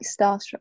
starstruck